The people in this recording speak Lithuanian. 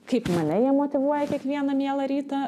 kaip mane jie motyvuoja kiekvieną mielą rytą